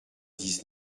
dix